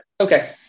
Okay